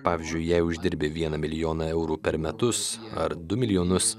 pavyzdžiui jei uždirbi vieną milijoną eurų per metus ar du milijonus